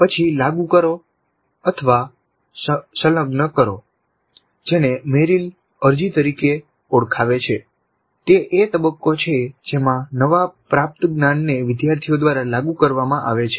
પછી લાગુ કરોસંલગ્ન કરો જેને મેરિલ અરજી તરીકે ઓળખાવે છે તે એ તબક્કો છે જેમાં નવા પ્રાપ્ત જ્ઞાનને વિદ્યાર્થીઓ દ્વારા લાગુ કરવામાં આવે છે